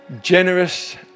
generous